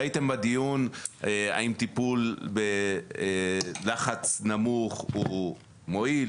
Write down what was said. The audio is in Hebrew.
ראיתם בדיון: האם טיפול בלחץ נמוך הוא מועיל,